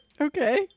Okay